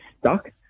stuck